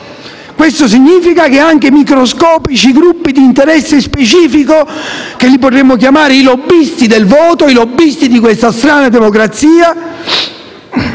Ciò significa che anche microscopici gruppi di interesse specifico - li potremmo chiamare i lobbisti del voto, i lobbisti di questa strana democrazia